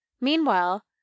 Meanwhile